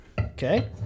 Okay